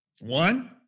one